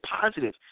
positive